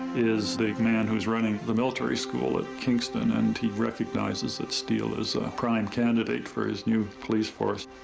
is the man who is running the military school at kingston and he recognizes that steele is a prime candidate for his new police force.